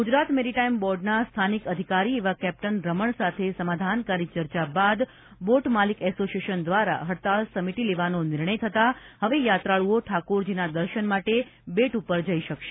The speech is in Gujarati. ગુજરાત મેરીટાઇમ બોર્ડના સ્થાનિક અધિકારી એવા કેપ્ટન રમણ સાથે સમાધાનકારી ચર્ચા બાદ બોટ માલિક એસોશિયન દ્વારા હડતાળ સમેટી લેવાનો નિર્ણય થતા હવે યાત્રાળૂઓ ઠાકોરજીના દર્શન માટે બેટ ઉપર જઇ શકશે